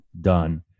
done